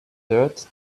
third